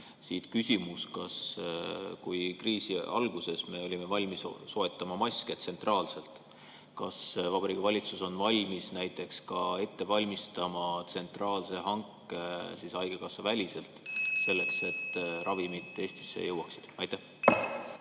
Siit küsimus: kui me kriisi alguses olime valmis soetama maske tsentraalselt, kas Vabariigi Valitsus on valmis ka ette valmistama tsentraalse hanke haigekassaväliselt, et ravimid Eestisse jõuaksid? Aitäh!